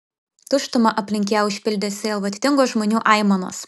tuštumą aplink ją užpildė sielvartingos žmonių aimanos